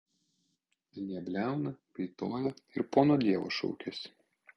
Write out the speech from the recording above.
anie bliauna vaitoja ir pono dievo šaukiasi